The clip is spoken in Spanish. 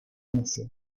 necio